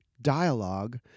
dialogue